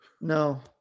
No